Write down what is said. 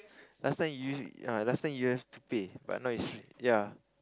last time you ah last time you have to pay but now is free ya